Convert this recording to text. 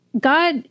God